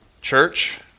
church